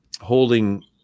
holding